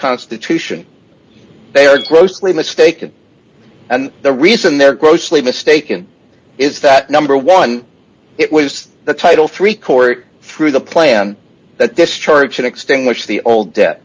constitution they are grossly mistaken and the reason they're grossly mistaken is that number one it was the title three court through the plan that this church in extinguish the old debt